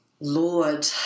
Lord